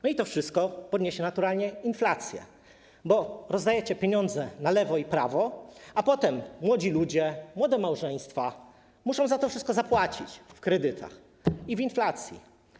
I to wszystko naturalnie podniesie inflację, bo rozdajecie pieniądze na lewo i prawo, a potem młodzi ludzie, młode małżeństwa muszą za to wszystko zapłacić w kredytach i w inflacji.